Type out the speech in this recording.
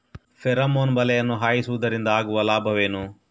Pheromone ಬಲೆಯನ್ನು ಹಾಯಿಸುವುದರಿಂದ ಆಗುವ ಲಾಭವೇನು?